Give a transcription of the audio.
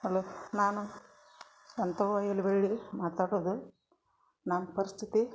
hello ನಾನು ಎಂಥದ್ದೋ ಇಲ್ಲಿ ಬೆಳ್ಳಿ ಮಾತಾಡುದು ನನ್ನ ಪರ್ಸ್ಥಿತಿ